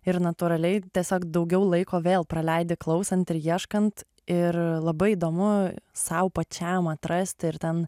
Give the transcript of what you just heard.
ir natūraliai tiesiog daugiau laiko vėl praleidi klausant ir ieškant ir labai įdomu sau pačiam atrasti ir ten